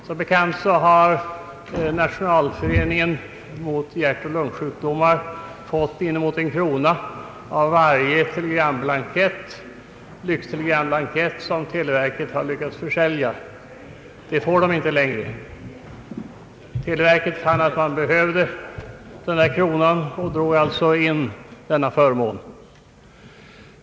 Som bekant har Nationalföreningen mot hjärtoch lungsjukdomar fått inemot en krona av televerkets inkomster av varje lyxtelegramblankett som verket sålt. Det får föreningen inte längre. Televerket fann att verket behövde den där kronan och drog därför in denna förmån.